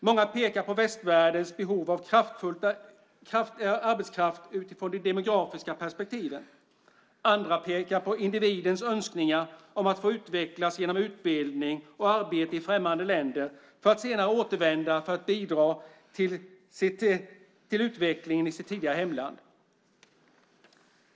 Många pekar på västvärldens behov av arbetskraft utifrån de demografiska perspektiven. Andra pekar på individens önskningar om att få utvecklas genom utbildning och arbete i främmande länder för att senare återvända för att bidra till utvecklingen i sitt tidigare hemland.